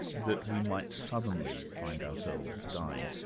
that we might suddenly find ourselves dying,